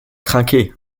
trinquer